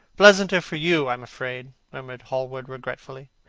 pleasanter for you, i am afraid, murmured hallward regretfully.